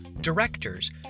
directors